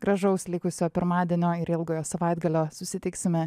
gražaus likusio pirmadienio ir ilgojo savaitgalio susitiksime